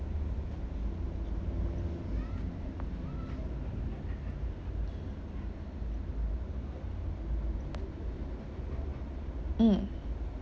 mm